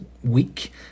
week